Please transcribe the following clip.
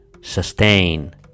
sustain